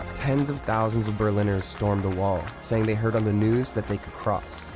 tens of thousands of berliners stormed the wall, saying they heard on the news that they could cross.